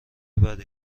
بدی